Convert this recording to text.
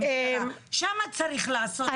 שם צריך לעשות פיילוט.